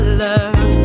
love